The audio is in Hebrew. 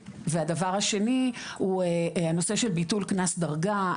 הוא הנושא של ביטול קנס דרגה,